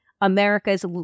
America's